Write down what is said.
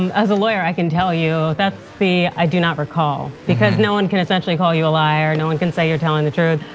and as a lawyer, i can tell you that's the, i do not recall because no one can essentially call you a liar. no one can say you're telling the truth.